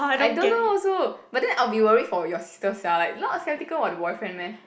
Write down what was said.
I don't know also but then I'll be worry for your sister sia like not sceptical about the boyfriend meh